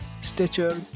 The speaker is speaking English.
Stitcher